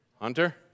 Hunter